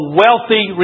wealthy